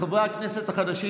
חברי הכנסת החדשים,